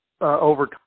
over